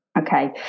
Okay